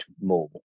more